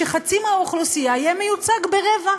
שחצי מהאוכלוסייה יהיה מיוצג ברבע.